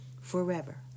forever